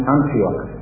Antioch